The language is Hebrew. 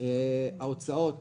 ההוצאות